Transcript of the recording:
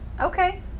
Okay